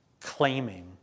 claiming